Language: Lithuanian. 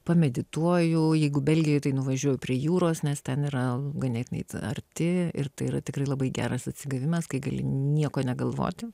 pamedituoju jeigu belgijoje tai nuvažiuoju prie jūros nes ten yra ganėtinai arti ir tai yra tikrai labai geras atsigavimas kai gali nieko negalvoti